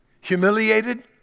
humiliated